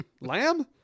Lamb